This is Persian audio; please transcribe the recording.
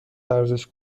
ارزش